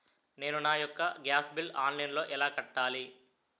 నేను నా యెక్క గ్యాస్ బిల్లు ఆన్లైన్లో ఎలా కట్టాలి?